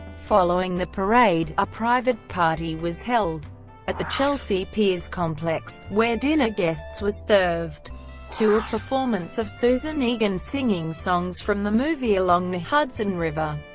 following the parade, a private party was held at the chelsea piers complex, where dinner guests was served to a performance of susan egan singing songs from the movie along the hudson river,